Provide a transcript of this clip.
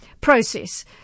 process